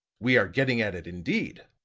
we are getting at it, indeed.